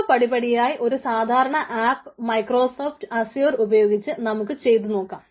ഓരോ പടിപടിയായി ഒരു സാധാരണ ആപ്പ് മൈക്രോസോഫ്റ്റ് അസ്യുർ ഉപയോഗിച്ച് നമുക്ക് ചെയ്തു നോക്കാം